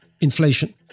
inflation